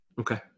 Okay